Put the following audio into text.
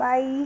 Bye